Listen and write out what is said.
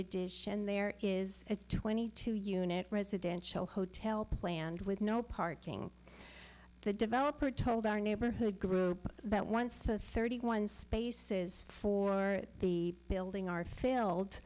addition there is a twenty two unit residential hotel planned with no parking the developer told our neighborhood that once the thirty one spaces for the building are filled